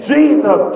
Jesus